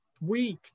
week